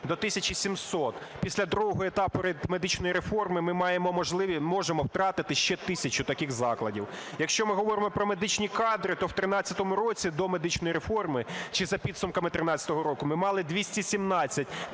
до 1700. Після другого етапу медичної реформи ми можемо втратити ще тисячу таких закладів. Якщо ми говоримо про медичні кадри, то в 2013 році, до медичної реформи, чи за підсумками 2013 року ми мали 217